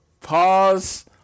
Pause